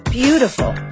beautiful